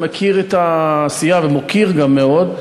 אני מכיר את העשייה וגם מוקיר מאוד.